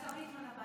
סגן השר ליצמן,